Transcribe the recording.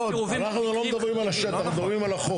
אנחנו לא מדברים על השטח, אנחנו מדברים על החוק.